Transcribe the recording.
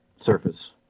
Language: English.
surface